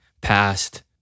past